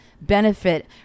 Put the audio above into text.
benefit